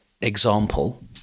example